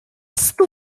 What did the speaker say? stu